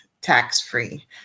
tax-free